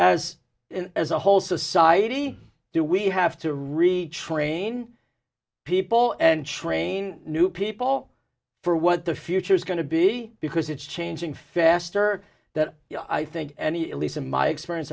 as as a whole society do we have to retrain people and train new people for what the future is going to be because it's changing faster than i think any at least in my experience